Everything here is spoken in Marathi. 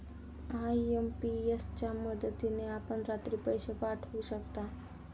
आय.एम.पी.एस च्या मदतीने आपण रात्री पैसे पाठवू शकता